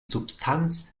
substanz